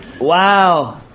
Wow